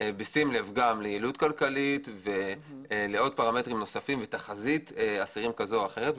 בשים לב ליעילות כלכלית ולפרמטרים נוספים ותחזית אסירים כזאת או אחרת.